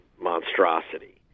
monstrosity